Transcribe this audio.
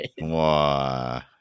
Wow